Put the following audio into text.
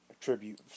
tribute